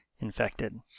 infected